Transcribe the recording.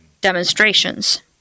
demonstrations